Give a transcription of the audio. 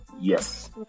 Yes